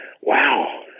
wow